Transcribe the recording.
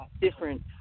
different